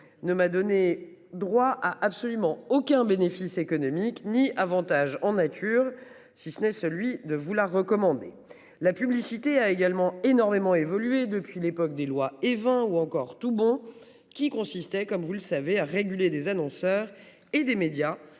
ne m'a donné droit a absolument aucun bénéfice économique ni avantages en nature, si ce n'est celui de vous la recommander la publicité a également énormément évolué depuis l'époque des lois Evin ou encore Toubon qui consistait comme vous le savez à réguler des annonceurs et des médias